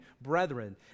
brethren